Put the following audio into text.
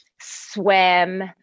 swim